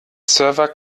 server